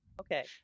Okay